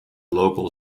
local